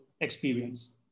experience